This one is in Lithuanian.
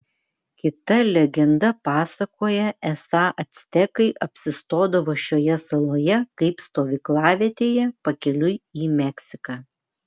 kita legenda pasakoja esą actekai apsistodavo šioje saloje kaip stovyklavietėje pakeliui į meksiką